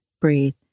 breathe